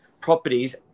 properties